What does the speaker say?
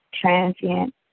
transient